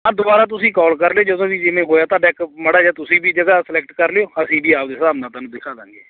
ਹਾਂ ਦੁਬਾਰਾ ਤੁਸੀਂ ਕੋਲ ਕਰ ਲਿਓ ਜਦੋਂ ਵੀ ਜਿਵੇਂ ਹੋਇਆ ਤੁਹਾਡਾ ਇੱਕ ਮਾੜਾ ਜਿਹਾ ਤੁਸੀਂ ਵੀ ਜਗ੍ਹਾ ਸਲੈਕਟ ਕਰ ਲਿਓ ਅਸੀਂ ਵੀ ਆਪਣੇ ਹਿਸਾਬ ਨਾਲ ਤੁਹਾਨੂੰ ਦਿਖਾ ਦੇਵਾਂਗੇ